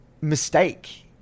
mistake